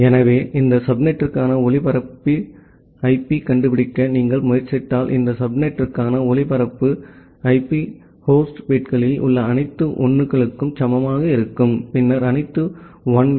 எனவே இந்த சப்நெட்டிற்கான ஒளிபரப்பு ஐபி கண்டுபிடிக்க நீங்கள் முயற்சித்தால் இந்த சப்நெட்டிற்கான ஒளிபரப்பு ஐபி ஹோஸ்ட் பிட்களில் உள்ள அனைத்து 1 களுக்கும் சமமாக இருக்கும் பின்னர் அனைத்து 1 வி